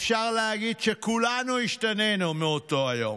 אפשר להגיד שכולנו השתנינו מאותו יום,